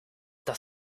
das